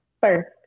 first